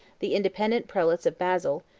the independent prelates of basil,